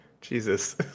Jesus